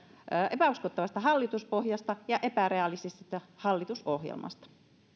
epäuskottavasta hallituspohjasta ja epärealistisesta hallitusohjelmasta